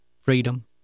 Freedom